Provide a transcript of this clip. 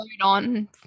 on